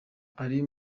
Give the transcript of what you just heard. uri